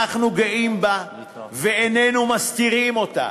אנחנו גאים בה ואיננו מסתירים אותה.